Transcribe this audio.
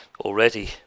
already